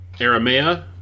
Aramea